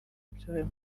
iby’aya